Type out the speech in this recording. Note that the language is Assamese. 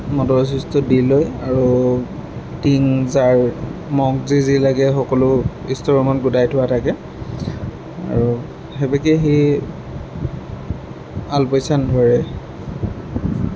সি ধুনীয়াকৈ মটৰৰ ছুইচটো দি লয় আৰু টিং জাৰ মগ যি যি লাগে সকলো ষ্ট'ৰ ৰুমত গোটাই থোৱা থাকে আৰু সেইভাগেই সি আলপৈচান ধৰে